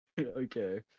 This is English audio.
Okay